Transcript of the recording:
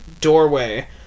doorway